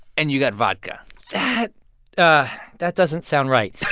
and you got vodka that that doesn't sound right